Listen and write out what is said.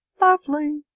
lovely